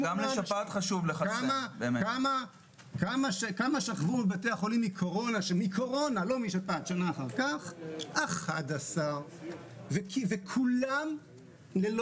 כמה שכבו בבתי החולים מקורונה שנה אחר כך 11. וכולם ללא